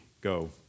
go